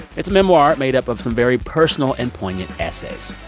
it's a memoir made up of some very personal and poignant essays.